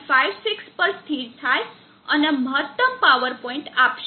56 પર સ્થિર થાય અને મહત્તમ પાવર પોઇન્ટ આપશે